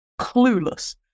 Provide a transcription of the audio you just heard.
clueless